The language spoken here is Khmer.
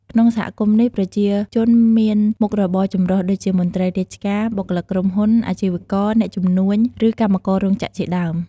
ក្នុងសហគមន៍នេះ ប្រជាជនមានមុខរបរចម្រុះ ដូចជាមន្ត្រីរាជការ បុគ្គលិកក្រុមហ៊ុន អាជីវករ អ្នកជំនួញ ឬកម្មកររោងចក្រជាដើម។